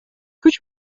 күч